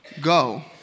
go